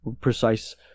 precise